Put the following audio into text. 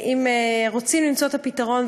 אם רוצים למצוא את הפתרון,